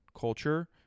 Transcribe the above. culture